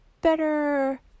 better